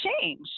change